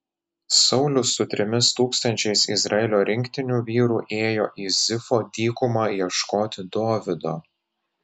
saulius su trimis tūkstančiais izraelio rinktinių vyrų ėjo į zifo dykumą ieškoti dovydo